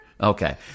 Okay